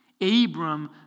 Abram